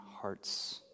hearts